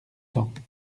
temps